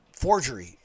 forgery